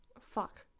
fuck